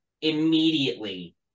immediately